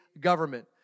government